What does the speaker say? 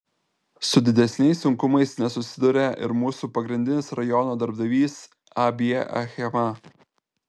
su didesniais sunkumais nesusiduria ir mūsų pagrindinis rajono darbdavys ab achema